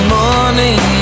morning